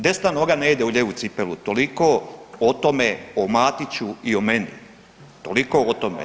Desna noga ne ide u lijevu cipelu, toliko o tome, o Matiću i o meni, toliko o tome.